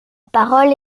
parole